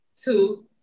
two